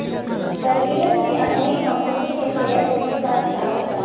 प्रवीण ने अपनी कंपनी की शेयर पूंजी का हिसाब लगाया